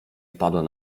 wpadłem